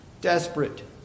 desperate